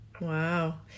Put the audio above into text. Wow